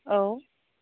औ